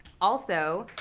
also,